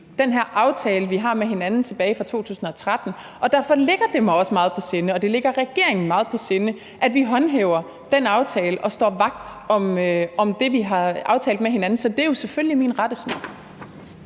den her aftale, vi har med hinanden, tilbage fra 2013, og derfor ligger det mig også meget på sinde, og det ligger regeringen meget på sinde, at vi håndhæver den aftale og står vagt om det, vi har aftalt med hinanden. Så det er jo selvfølgelig min rettesnor.